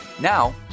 Now